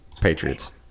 Patriots